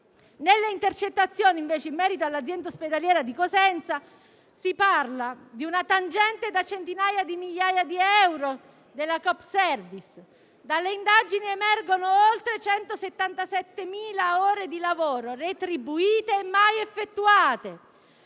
Nelle intercettazioni in merito all'azienda ospedaliera di Cosenza si parla invece di una tangente da centinaia di migliaia di euro della Coopservice. Dalle indagini emergono oltre 177.000 ore di lavoro retribuite e mai effettuate,